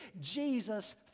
Jesus